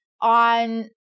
on